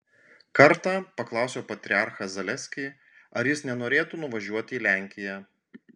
kartą paklausiau patriarchą zaleskį ar jis nenorėtų nuvažiuoti į lenkiją